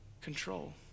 Control